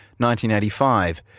1985